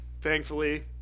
Thankfully